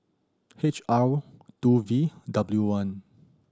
H R two V W one